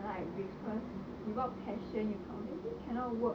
like because without passion you obviously cannot work